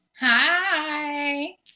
Hi